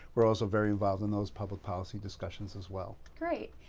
we're also very involved in those public policy discussions as well. great.